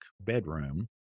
bedroom